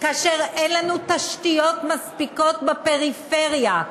כאשר אין לנו תשתיות מספיקות בפריפריה,